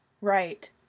Right